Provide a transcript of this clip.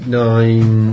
nine